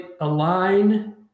align